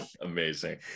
Amazing